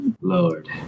Lord